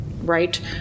Right